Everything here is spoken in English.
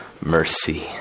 mercy